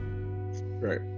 right